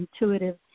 intuitive